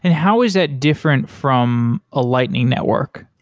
and how is that different from a lightning network?